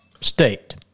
State